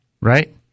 Right